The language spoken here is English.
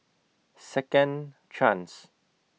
Second Chance